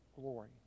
glory